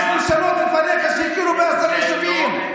יש ממשלות לפניך שהכירו בעשרה יישובים.